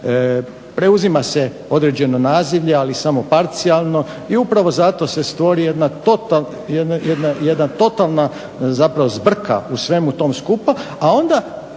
preuzima se određeno nazivlje ali samo parcijalno i upravo zato se stvori jedna totalna zapravo zbrka u svemu tome skupa